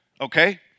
Okay